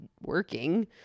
working